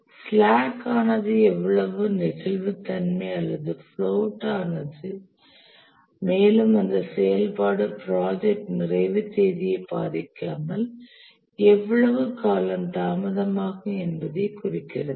slack ஆனது எவ்வளவு நெகிழ்வுத்தன்மை அல்லது பிளோட் ஆனது மேலும் அந்த செயல்பாடு ப்ராஜெக்ட் நிறைவு தேதியை பாதிக்காமல் எவ்வளவு காலம் தாமதமாகும் என்பதைக் குறிக்கிறது